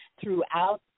throughout